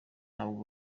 ntabwo